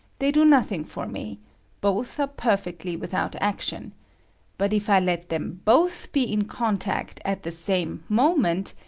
they do nothing for me both are perfectly without action but if i let them both be in contact at the same moment,